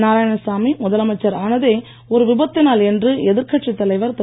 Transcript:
நாராயணசாமி முதலமைச்சர் ஆனதே ஒரு விபத்தினால் என்று எதிர் கட்சித் தலைவர் திரு